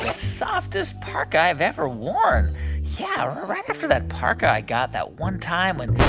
softest parka i've ever worn yeah, right after that parka i got that one time when.